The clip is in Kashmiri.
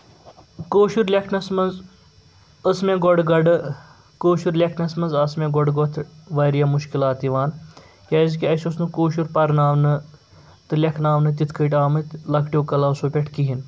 کٲشُر لیٚکھنَس منٛز ٲس مےٚ گۄڈٕ گۄڈٕ کٲشُر لیٚکھنَس منٛز آسہٕ مےٚ گۄڈٕ گۄتھ واریاہ مُشکِلات یِوان کیازِِکہِ اَسہِ اوس نہٕ کٲشُر پَرناونہٕ تہٕ لیٚکھناونہٕ تِتھ کٲٹھۍ آمٕتۍ لَکٹ۪و کَلاوسو پٮ۪ٹھ کِہیٖنۍ